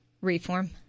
reform